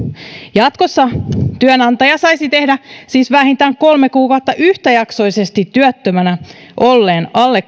jatkossa työnantaja saisi tehdä siis vähintään kolme kuukautta yhtäjaksoisesti työttömänä olleen alle